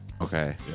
okay